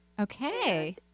Okay